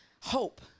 Hope